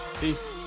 Peace